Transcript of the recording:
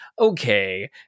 okay